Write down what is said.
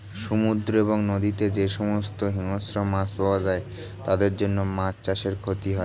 সমুদ্র এবং নদীতে যে সমস্ত হিংস্র মাছ পাওয়া যায় তাদের জন্য মাছ চাষে ক্ষতি হয়